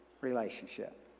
relationship